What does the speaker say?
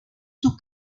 sus